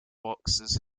boxes